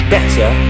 Better